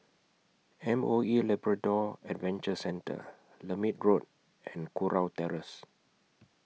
M O E Labrador Adventure Centre Lermit Road and Kurau Terrace